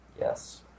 Yes